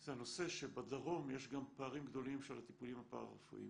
זה הנושא שבדרום יש גם פערים גדולים של הטיפולים הפרה-רפואיים.